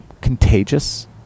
contagious